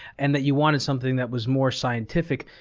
and that you wanted something that was more scientific.